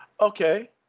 Okay